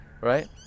right